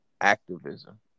activism